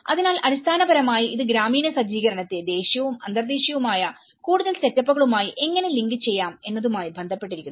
അതിനാൽ അടിസ്ഥാനപരമായി ഇത് ഗ്രാമീണ സജ്ജീകരണത്തെ ദേശീയവും അന്തർദേശീയവുമായ കൂടുതൽ സെറ്റപ്പുകളുമായിഎങ്ങനെ ലിങ്ക് ചെയ്യാം എന്നതുമായി ബന്ധപ്പെട്ടിരിക്കുന്നു